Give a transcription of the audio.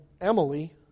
Emily